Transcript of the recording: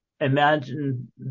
imagine